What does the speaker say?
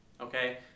okay